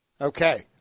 Okay